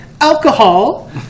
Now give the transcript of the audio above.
Alcohol